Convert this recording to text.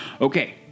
Okay